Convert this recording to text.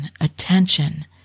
attention